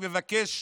אני מבקש,